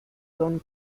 son